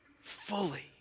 fully